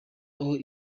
aho